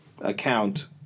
account